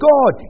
God